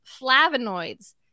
flavonoids